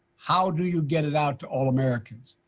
how do you get it out to all americans,